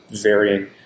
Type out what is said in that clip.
varying